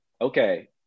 okay